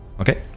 Okay